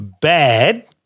Bad